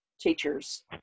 teachers